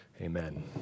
Amen